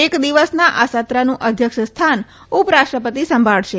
એક દિવસના આ સત્રનું અધ્યક્ષસ્થાન ઉપરાષ્ટ્રપતિ સંભાળશે